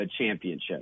championship